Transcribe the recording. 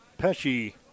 Pesci